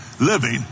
living